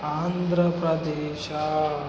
Andhra Pradesh